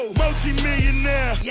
multi-millionaire